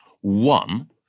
One